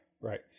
right